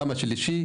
ארה"ב ורוסיה,